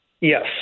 Yes